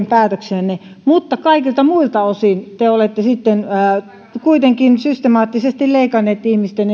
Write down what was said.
päätöksiänne mutta kaikilta muilta osin te te olette sitten kuitenkin systemaattisesti leikanneet ihmisten